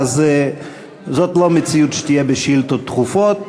אז זאת לא מציאות שתהיה בשאילתות דחופות.